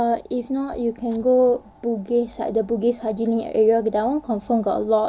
err if not you can go bugis like the bugis haji area that one confirm got a lot